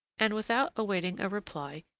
and, without awaiting a reply,